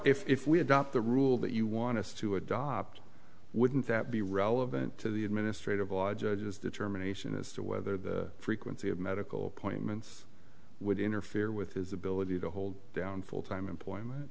tried if we adopt the rule that you want us to adopt wouldn't that be relevant to the administrative law judges determination as to whether the frequency of medical appointments would interfere with his ability to hold down full time employment